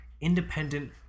independent